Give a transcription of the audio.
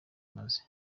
maze